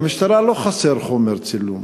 למשטרה לא חסר חומר צילום.